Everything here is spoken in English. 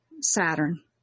Saturn